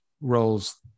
roles